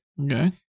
Okay